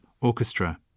orchestra